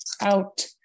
out